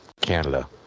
Canada